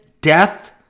death